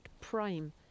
prime